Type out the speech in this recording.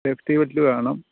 safety വിറ്റിൽ വേണം